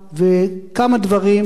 כיסא זה בשביל לשבת,